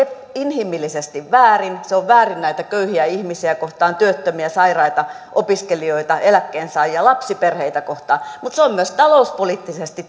inhimillisesti väärin se on väärin näitä köyhiä ihmisiä kohtaan työttömiä sairaita opiskelijoita eläkkeensaajia lapsiperheitä kohtaan se on myös talouspoliittisesti